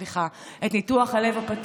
סליחה, סבא חנוך.